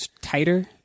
tighter